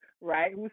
right